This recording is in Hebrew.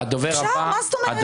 אפשר, מה זאת אומרת.